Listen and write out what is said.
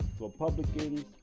Republicans